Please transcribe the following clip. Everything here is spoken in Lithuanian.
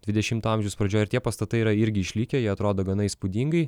dvidešimto amžiaus pradžioj ir tie pastatai yra irgi išlikę jie atrodo gana įspūdingai